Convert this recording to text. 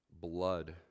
blood